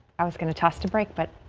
i was going to toss to break but.